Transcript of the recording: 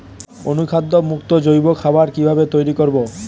অনুখাদ্য যুক্ত জৈব খাবার কিভাবে তৈরি করব?